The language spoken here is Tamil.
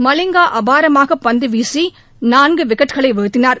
மலிங்கா அபாரமாக பந்து வீசி நான்கு விக்கெட்களை வீழ்த்தினார்